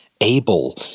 able